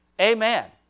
Amen